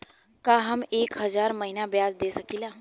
का हम एक हज़ार महीना ब्याज दे सकील?